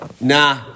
Nah